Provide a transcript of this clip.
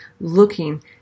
looking